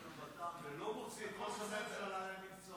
חברי הכנסת, אני רוצה לספר לכם סיפור הזוי.